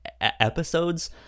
episodes